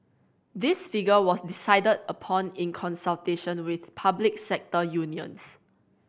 this figure was decided upon in consultation with public sector unions